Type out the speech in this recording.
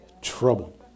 Trouble